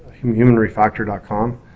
humanrefactor.com